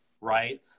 right